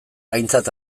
aintzat